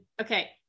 okay